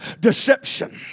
deception